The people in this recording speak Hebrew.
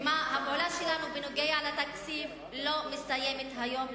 והפעולה שלנו בנוגע לתקציב לא מסתיימת היום,